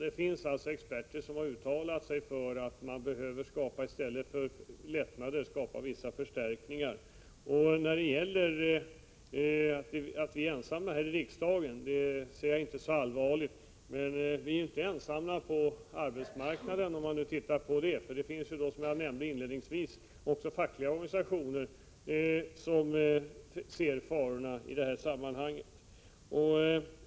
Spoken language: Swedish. Det finns experter som har uttalat att man behöver se till att det blir vissa förstärkningar i stället för lättnader. Det faktum att vi är ensamma här i riksdagen, ser jag inte så allvarligt. Vi är dock inte ensamma på arbetsmark naden, om man nu ser på det. Som jag nämnde inledningsvis finns det också fackliga organisationer som ser farorna i detta sammanhang.